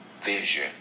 vision